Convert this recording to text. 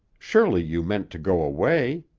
surely you meant to go away.